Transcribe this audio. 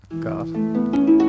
God